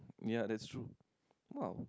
yeah that's true !wow!